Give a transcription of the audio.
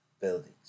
buildings